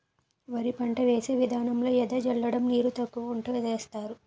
వరి పంట వేసే విదానంలో ఎద జల్లడం నీరు తక్కువ వుంటే సేస్తరు